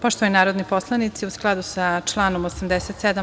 Poštovani narodni poslanici, u skladu sa članom 87.